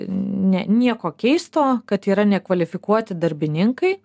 ne nieko keisto kad yra nekvalifikuoti darbininkai